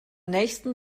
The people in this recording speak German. nächsten